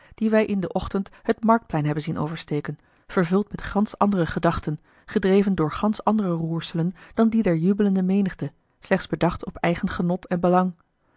dien wij in den ochtend het marktplein hebben zien oversteken vervuld met gansch andere gedachten gedreven door gansch andere roerselen dan die der jubelende menigte slechts bedacht op eigen genot en belang